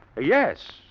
yes